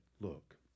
Look